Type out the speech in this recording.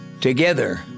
Together